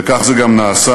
וכך זה גם נעשה.